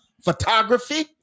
photography